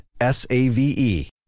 S-A-V-E